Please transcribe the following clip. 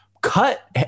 cut